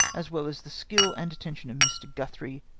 as well as the skill and attention of mr. guthrie,